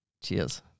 cheers